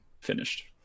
finished